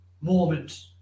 moment